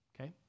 okay